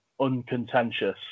uncontentious